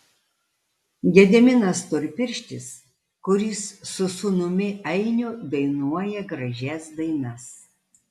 gediminas storpirštis kuris su sūnumi ainiu dainuoja gražias dainas